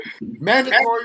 Mandatory